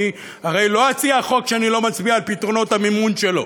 אני הרי לא אציע חוק שאני לא מצביע על פתרונות המימון שלו.